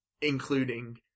including